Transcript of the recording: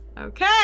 Okay